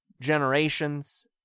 generations